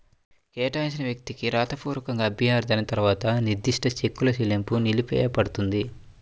కేటాయించిన వ్యక్తికి రాతపూర్వక అభ్యర్థన తర్వాత నిర్దిష్ట చెక్కుల చెల్లింపు నిలిపివేయపడుతుంది